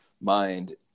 mind